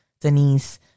Denise